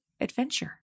adventure